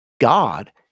God